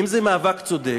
אם זה מאבק צודק,